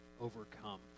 overcome